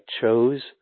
chose